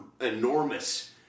enormous